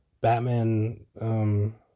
Batman